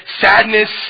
sadness